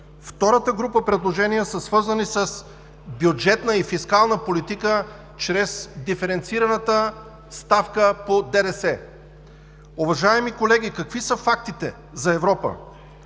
Втората група предложения са свързани с бюджетна и фискална политика чрез диференцираната ставка по ДДС. Уважаеми колеги, какви са фактите за Европа?